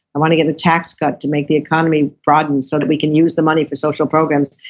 i'm going to get a tax cut to make the economy broaden so that we can use the money for social programs.